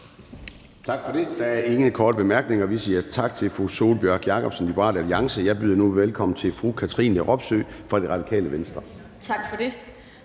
Tak for det. Der er ingen korte bemærkninger, og vi siger tak til fru Sólbjørg Jakobsen, Liberal Alliance. Jeg byder nu velkommen til fru Katrine Robsøe fra Radikale Venstre. Kl.